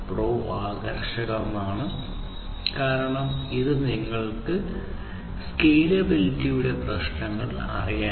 pro ആകർഷകമാണ് കാരണം ഇത് നിങ്ങൾക്ക് സ്കേലബിലിറ്റിയുടെ പ്രശ്നങ്ങൾ അറിയാം